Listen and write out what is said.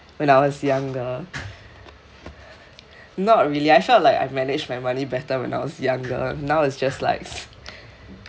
when I was younger not really I felt like I've managed my money better when I was younger now is just like